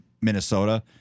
Minnesota